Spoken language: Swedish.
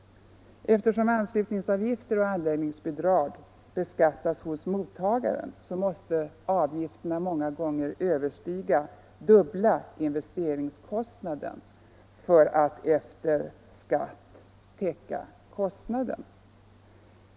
Eftersom anslutningsavgifter och anläggningsbidrag beskattas hos mottagaren, måste avgifterna många gånger överstiga dubbla investeringskostnaderna för att efter skatt täcka kostnaderna.